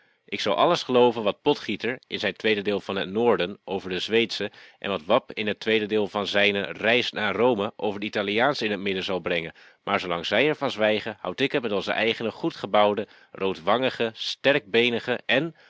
ik zal alles gelooven wat potgieter in zijn tweede deel van het noorden over de zweedsche en wat wap in het tweede deel van zijne reis naar rome over de italiaansche in t midden zal brengen maar zoolang zij er van zwijgen houd ik het met onze eigene goed gebouwde roodwangige sterkbeenige en